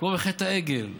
כמו בחטא העגל,